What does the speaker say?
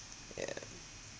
yeah